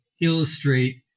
illustrate